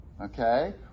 Okay